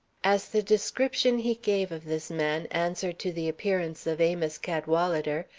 as the description he gave of this man answered to the appearance of amos cadwalader,